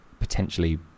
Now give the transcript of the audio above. potentially